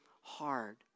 hard